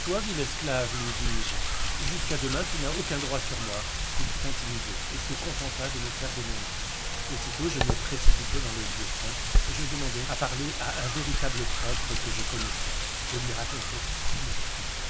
toi vil esclave lui dis-je jusqu'à demain tu n'as aucun droit sur moi il fut intimidé et se contenta de me faire des menaces aussitôt je me précipitai dans le lieu saint je demandai à parler à un vénérable prêtre que je connaissais je lui racontai tous mes crimes